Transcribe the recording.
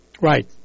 Right